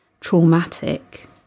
traumatic